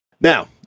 Now